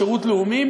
שירות לאומי,